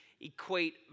equate